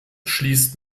schließt